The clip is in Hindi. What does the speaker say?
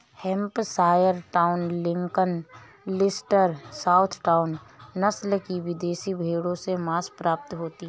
Hampshire town, Lincoln, Leicester, south town, नस्ल की विदेशी भेंड़ों से माँस प्राप्ति होती है